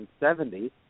1970